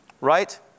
right